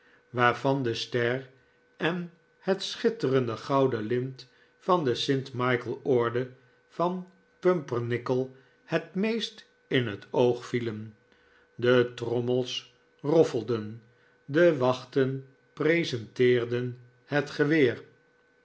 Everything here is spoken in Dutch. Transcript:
waarvan de ster en het schitterende gouden lint van de st michael orde van pumpernickel het meest in het oog vielen de trommels roffelden de wachten presenteerden het geweer